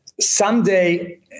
someday